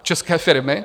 České firmy?